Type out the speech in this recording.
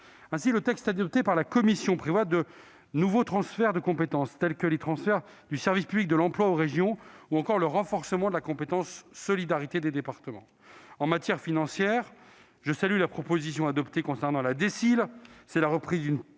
Ainsi, le texte adopté par la commission prévoit de nouveaux transferts de compétences, tels que le transfert, aux régions, du service public de l'emploi ou encore le renforcement de la compétence de solidarité des départements. En matière financière, je salue l'adoption de l'amendement sur la